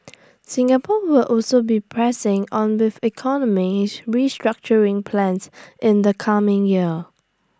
Singapore will also be pressing on with economy restructuring plans in the coming year